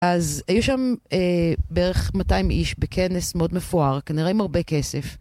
אז היו שם בערך 200 איש בכנס מאוד מפואר, כנראה עם הרבה כסף.